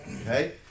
Okay